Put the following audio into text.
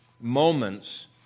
moments